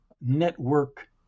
network